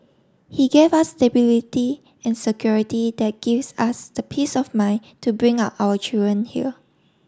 he gave us stability and security that gives us the peace of mine to bring up our children here